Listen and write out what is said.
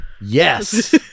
Yes